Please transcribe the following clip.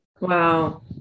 Wow